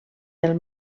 del